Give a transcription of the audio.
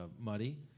Muddy